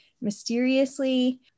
mysteriously